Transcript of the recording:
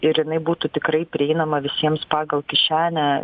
ir jinai būtų tikrai prieinama visiems pagal kišenę